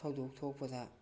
ꯊꯧꯗꯣꯛ ꯊꯣꯛꯄꯗ